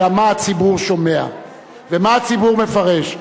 אלא מה הציבור שומע ומה הציבור מפרש.